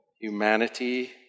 Humanity